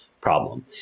problem